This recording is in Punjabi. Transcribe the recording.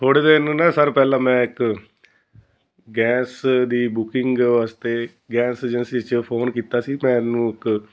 ਥੋੜ੍ਹੇ ਦਿਨ ਨਾ ਸਰ ਪਹਿਲਾਂ ਮੈਂ ਇੱਕ ਗੈਸ ਦੀ ਬੁਕਿੰਗ ਵਾਸਤੇ ਗੈਸ ਏਜੰਸੀ 'ਚ ਫੋਨ ਕੀਤਾ ਸੀ ਮੈਨੂੰ ਇੱਕ